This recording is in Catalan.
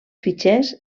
fitxers